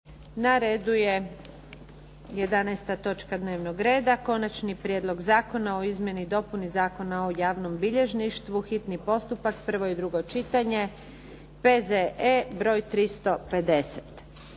Na redu je 11. točka dnevnog reda - Konačni prijedlog Zakona o izmjeni i dopuni Zakona o javnom bilježništvu, hitni postupak, prvo i drugo čitanje, P.Z.E. broj 350